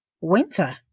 Winter